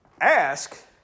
ask